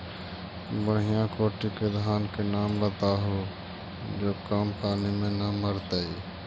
बढ़िया कोटि के धान के नाम बताहु जो कम पानी में न मरतइ?